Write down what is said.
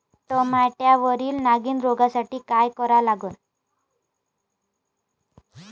टमाट्यावरील नागीण रोगसाठी काय करा लागन?